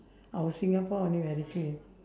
our singapore only very clean